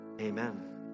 Amen